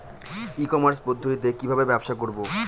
ই commerce পদ্ধতিতে কি ভাবে ব্যবসা করব?